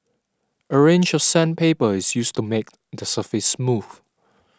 a range of sandpaper is used to make the surface smooth